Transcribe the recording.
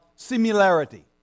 similarity